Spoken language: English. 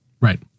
Right